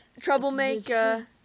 Troublemaker